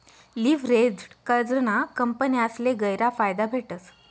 leveraged कर्जना कंपन्यासले गयरा फायदा भेटस